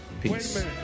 Peace